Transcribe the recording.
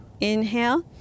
inhale